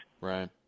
Right